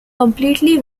completely